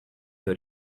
your